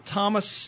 Thomas